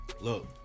look